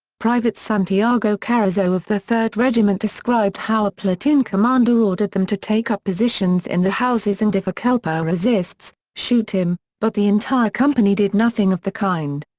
private santiago carrizo of the third regiment described how a platoon commander ordered them to take up positions in the houses and if a kelper resists, shoot him, but the entire company did nothing of the kind.